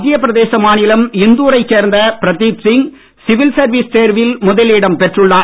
மத்திய பிரதேச மாநிலம் இந்தூரைச் சேர்ந்த பிரதீப் சிங் சிவில் சர்வீஸ் தேர்வில் முதலிடம் பெற்றுள்ளார்